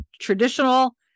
traditional